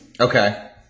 Okay